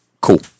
cool